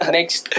Next